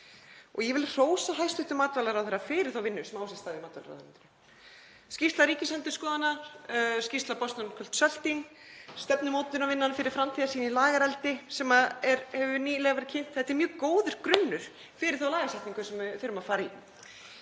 og ég vil hrósa hæstv. matvælaráðherra fyrir þá vinnu sem á sér stað í matvælaráðuneytinu. Skýrsla Ríkisendurskoðunar, skýrsla Boston Consulting, stefnumótunarvinna fyrir framtíðarsýn í lagareldi sem hefur nýlega verið kynnt, þetta er mjög góður grunnur fyrir þá lagasetningu sem við þurfum að fara í